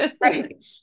right